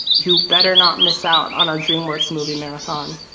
you better not miss out on our dreamworks movie marathon.